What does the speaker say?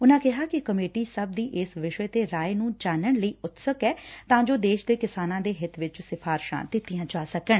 ਉਨਾਂ ਕਿਹਾ ਕਿ ਕਮੇਟੀ ਸਭ ਦੀ ਇਸ ਵਿਸ਼ੇ ਤੇ ਰਾਇ ਨੂੰ ਜਾਨਣ ਲਈ ਉਤਸਕ ਐ ਤਾਂ ਜੋ ਦੇਸ਼ ਦੇ ਕਿਸਾਨਾਂ ਦੇ ਹਿੱਤ ਵਿਚ ਸਿਫ਼ਰਿਸ਼ਾਂ ਦਿੱਤੀਆਂ ਜਾ ਸਕਣ